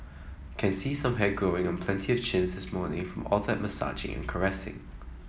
can see some hair growing on plenty of chins this morning in from all that massaging and caressing